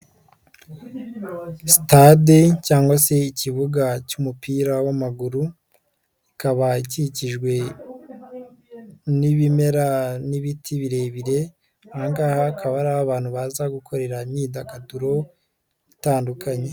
Sitade cyangwa se ikibuga cy'umupira w'amaguru ikaba ikikijwe n'ibimera n'ibiti birebire, aha ngaha hakaba ari aho abantu baza gukorera imyidagaduro itandukanye.